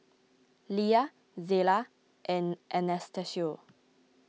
Lia Zela and Anastacio